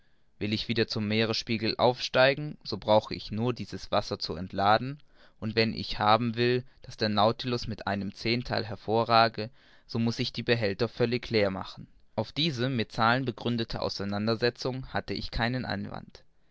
will ich wieder zum meeresspiegel aufsteigen so brauche ich nur dieses wasser zu entladen und wenn ich haben will daß der nautilus mit einem zehntheil hervorrage so muß ich die behälter völlig leer machen auf diese mit zahlen begründete auseinandersetzung hatte ich keinen einwand